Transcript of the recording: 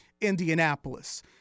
Indianapolis